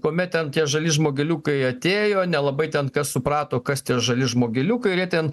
tuomet tie žali žmogeliukai atėjo nelabai ten kas suprato kas tie žali žmogeliukai ir jie ten